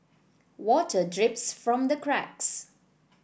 water drips from the cracks